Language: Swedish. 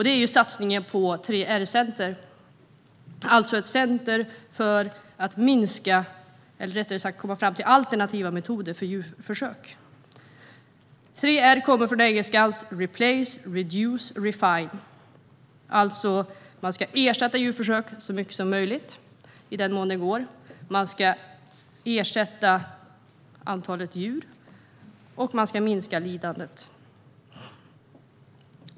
Det är satsningen på ett 3R-center, det vill säga ett center som ska komma fram till alternativa metoder för djurförsök. 3R kommer från engelskans replace, reduce, refine. Det betyder att man ska ersätta djurförsök så mycket som möjligt i den mån det går, minska antalet djur och minska lidandet.